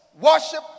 worship